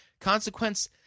Consequence